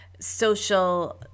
social